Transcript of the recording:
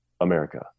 America